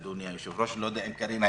אדוני היושב-ראש, לא יודע אם קארין הייתה.